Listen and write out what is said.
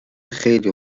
خیلی